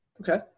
Okay